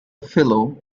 fellow